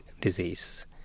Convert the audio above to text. disease